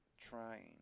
Trying